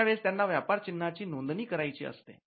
अशा वेळेस त्यांना व्यापार चिन्हाची नोंदणी करायची असते